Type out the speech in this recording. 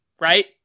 Right